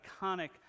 iconic